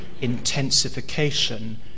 intensification